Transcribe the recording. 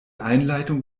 einleitung